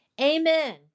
Amen